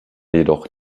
jedoch